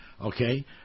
Okay